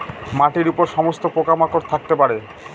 মাটির উপর সমস্ত পোকা মাকড় থাকতে পারে